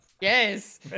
Yes